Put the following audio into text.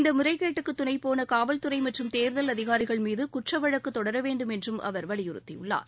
இந்த முறைகேடுக்கு துணைப்போன காவல்துறை மற்றும் தேர்தல் அதிகாரிகள் மீது குற்ற வழக்கு தொடர வேண்டும் என்றும் அவர் வலியுறுத்தியுள்ளார்